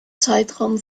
zeitraum